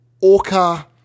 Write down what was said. Orca